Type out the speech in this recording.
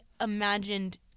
imagined